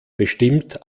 bestimmt